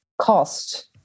cost